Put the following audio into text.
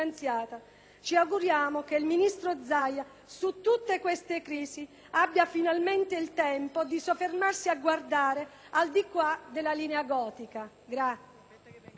Ci auguriamo che il ministro Zaia su tutte queste crisi abbia finalmente il tempo di soffermarsi a guardare al di qua della Linea gotica.